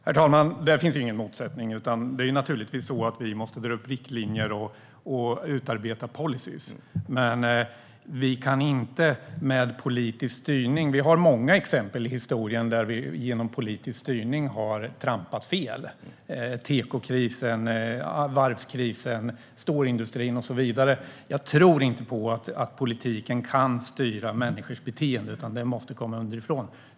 Herr talman! Där finns ingen motsättning, utan vi måste naturligtvis dra upp riktlinjer och utarbeta policyer. Men vi har många exempel i historien där vi genom politisk styrning har trampat fel: tekokrisen, varvskrisen, storindustrin och så vidare. Jag tror inte på att politiken kan styra människors beteende, utan det måste komma underifrån.